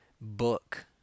book